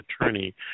attorney